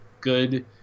good